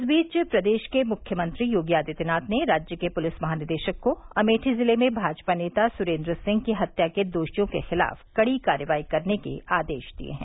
इस बीच प्रदेश के मुख्यमंत्री योगी आदित्यनाथ ने राज्य के पुलिस महानिदेशक को अमेठी जिले में भाजपा नेता सुरेन्द्र सिंह की हत्या के दोषियों के खिलाफ कड़ी कार्रवाई करने के आदेश दिये हैं